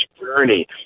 journey